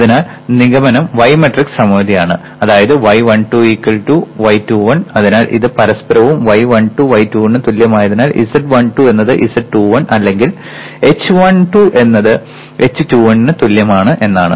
അതിനാൽ നിഗമനം y matrix സമമിതിയാണ് അതായത് y12 y21 അതിനാൽ ഇത് പരസ്പരവും y12 y21 ന് തുല്യമായതിനാൽ z12 എന്നത് z21 അല്ലെങ്കിൽ h12 എന്നത് h21ന് തുല്യമാണ് എന്നാണ്